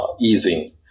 easing